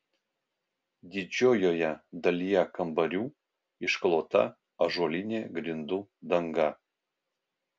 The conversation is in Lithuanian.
didžiojoje dalyje kambarių išklota ąžuolinė grindų danga